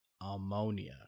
ammonia